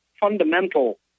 fundamental